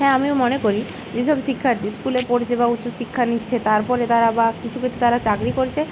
হ্যাঁ আমি মনে করি এই সব শিক্ষার্থী স্কুলের পরিষেবা উচ্চশিক্ষা নিচ্ছে তারপরে তারা বা কিছু ক্ষেত্রে তারা চাকরি করছে